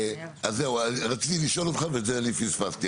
אז זהו, רציתי לשאול אותך ואת זה אני פספסתי.